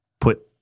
put